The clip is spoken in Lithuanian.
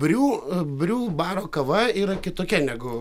briū briū baro kava yra kitokia negu